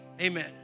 Amen